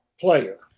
player